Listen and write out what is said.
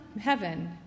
heaven